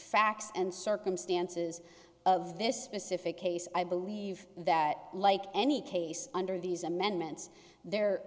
facts and circumstances of this specific case i believe that like any case under these amendments there